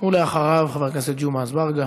אחריו, חבר הכנסת ג'מעה אזברגה.